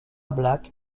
black